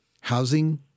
housing